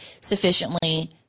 sufficiently